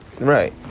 Right